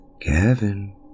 Gavin